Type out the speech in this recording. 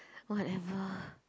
whatever